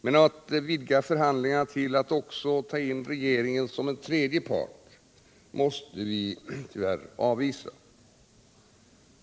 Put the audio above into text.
Men vi avvisar bestämt att man skulle vidga förhandlingarna till att också ta in regeringen som en tredje part.